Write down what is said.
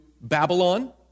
Babylon